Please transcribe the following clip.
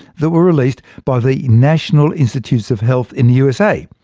that were released by the national institutes of health in the usa?